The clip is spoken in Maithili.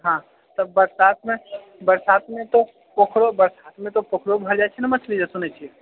हाँ तऽ बरसातमे बरसातमे तऽ पोखरो बरसातमे तऽ पोखरो भरि जाइ छै ने मछली जे सुनै छिऐ